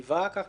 כך נמסר,